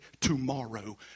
tomorrow